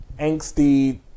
angsty